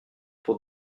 pour